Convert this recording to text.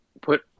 put